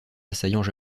assaillants